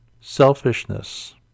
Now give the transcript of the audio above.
selfishness